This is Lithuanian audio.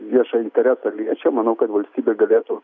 viešą interesą liečia manau kad valstybė galėtų